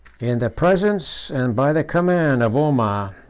in the presence, and by the command, of omar,